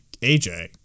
AJ